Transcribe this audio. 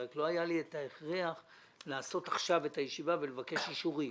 רק לא היה לי את ההכרח לקיים עכשיו את הישיבה ולבקש אישורים,